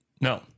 No